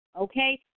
okay